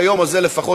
מספיק.